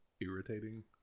irritating